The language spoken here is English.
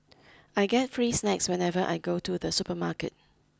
I get free snacks whenever I go to the supermarket